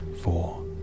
four